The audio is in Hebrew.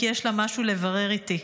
כי יש לה משהו לברר איתי.